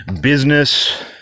business